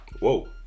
Whoa